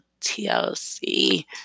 TLC